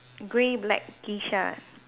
grey blackish ah